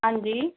हंजी